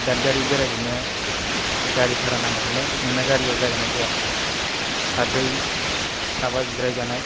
दाथगारि बेरायहैनो गारि बारहा नांगौमोनलै नोंना गारिया जागोन ना जाया साब्रै साबा जिराय जानाय